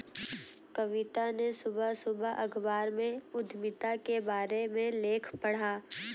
कविता ने सुबह सुबह अखबार में उधमिता के बारे में लेख पढ़ा